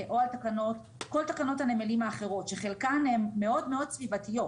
או על כל תקנות הנמלים האחרות שחלקן הן מאוד סביבתיות,